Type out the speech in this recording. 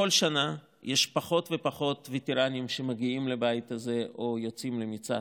כל שנה יש פחות ופחות וטרנים שמגיעים לבית הזה או יוצאים למצעד.